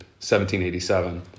1787